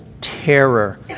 terror